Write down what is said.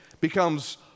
becomes